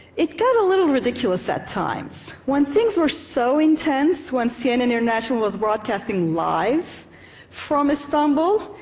it got a little ridiculous at times. when things were so intense, when cnn international was broadcasting live from istanbul,